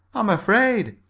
i'm afraid.